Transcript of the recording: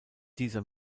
dieser